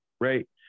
Right